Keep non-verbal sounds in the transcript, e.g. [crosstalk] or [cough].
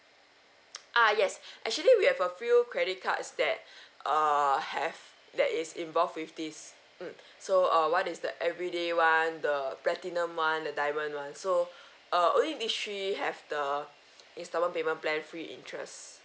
[noise] ah yes actually we have a few credit cards that [breath] err have that is involved with this mm so uh one is the everyday [one] the platinum [one] the diamond [one] so uh only these three have the installment payment plan free interest